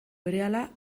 berehala